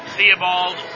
Theobald